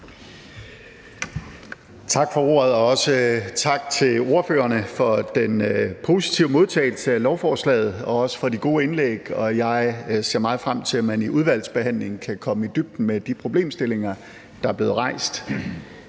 Tak for ordet, og også tak til ordførerne for den positive modtagelse af lovforslaget og også for de gode indlæg. Jeg ser meget frem til, at man i udvalgsbehandlingen kan komme i dybden med de problemstillinger, der er blevet rejst.